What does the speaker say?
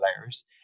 layers